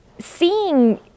seeing